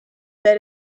that